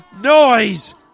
noise